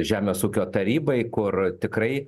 žemės ūkio tarybai kur tikrai